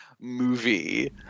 movie